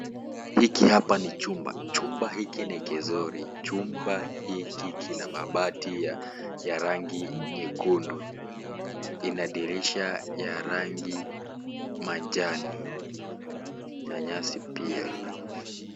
Hiki hapa ni chumba. Chumba hiki ni kizuri. Chumba hiki kinamabati ya rangi nyekundu. Inadirisha ya rangi majani, na nyasi pia.